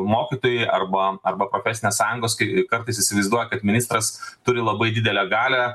mokytojai arba arba frofesinės sąjungos kai kartais įsivaizduoja kad ministras turi labai didelę galią